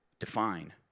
Define